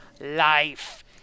life